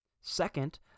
Second